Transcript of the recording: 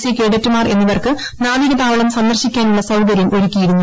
C കേഡറ്റുമാർ എന്നിവർക്ക് നാവികതാവളം സന്ദർശിക്കാനുള്ള സൌകര്യം ഒരുക്കിയിരുന്നു